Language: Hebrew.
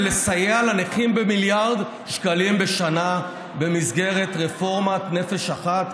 ולסייע לנכים במיליארד שקלים בשנה במסגרת רפורמת נפש אחת?